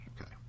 Okay